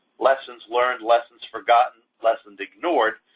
lessons learned, lessons forgotten, lessons ignored.